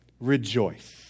Rejoice